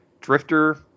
Drifter